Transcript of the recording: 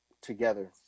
Together